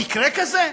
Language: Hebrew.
מקרה כזה?